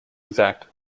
exact